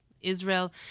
Israel